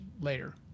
later